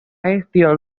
gestión